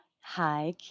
Hi